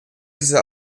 dieser